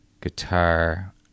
guitar